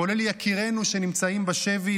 כולל יקירנו שנמצאים בשבי,